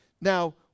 Now